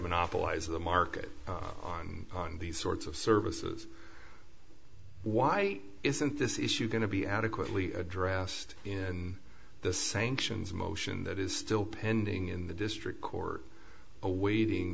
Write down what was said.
monopolize the market on these sorts of services why isn't this issue going to be adequately addressed in the same sions motion that is still pending in the district court awaiting